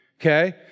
okay